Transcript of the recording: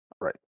Right